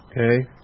okay